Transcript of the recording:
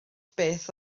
beth